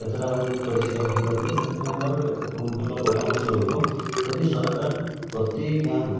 କେତେଟା ଆହୁରି ପରିଷ୍କାର ହୋଇପାରୁନି ସେଇଥିପାଇଁ ମୋର ବି ଏକ ଭଲ ପରାମର୍ଶ ରହିବ ଯଦି ସରକାର ପ୍ରତି ଗାଁକୁ